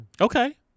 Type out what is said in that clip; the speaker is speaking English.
Okay